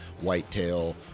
whitetail